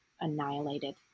annihilated